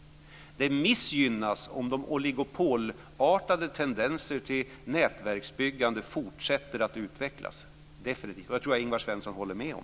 Det missgynnas definitivt om de oligopolartade tendenserna till nätverksbyggande fortsätter att utvecklas. Det tror jag att Ingvar Svensson håller med om.